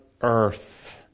earth